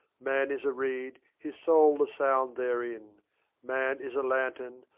man is a reed, his soul the sound therein man is a lantern,